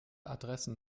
adressen